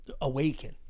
awaken